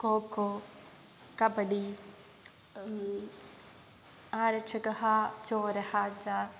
खोखो कबडि आरक्षकः चोरः च